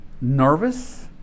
nervous